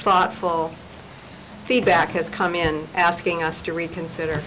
thoughtful feedback has come in asking us to reconsider